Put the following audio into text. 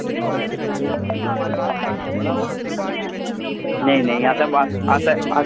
नेईं नेईं अस बस अस